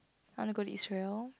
I want to go to Israel